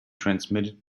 transmitted